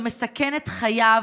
שמסכן את חייו,